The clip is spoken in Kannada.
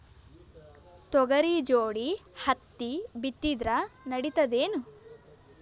ತೊಗರಿ ಜೋಡಿ ಹತ್ತಿ ಬಿತ್ತಿದ್ರ ನಡಿತದೇನು?